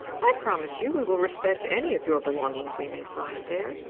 i promise you we will respect any of your belongings we may find there.